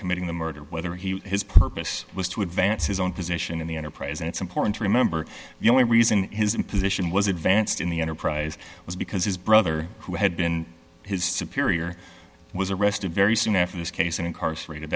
committing the murder whether he his purpose was to advance his own position in the enterprise and it's important to remember the only reason his imposition was advanced in the enterprise was because his brother who had been his superior was arrested very soon after this case and incarcerated